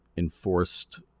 enforced